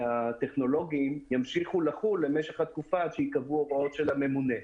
הטכנולוגיים ימשיכו לחול למשך התקופה עד שייקבעו ההוראות של הממונה.